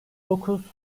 dokuz